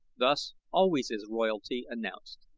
thus always is royalty announced.